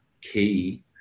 key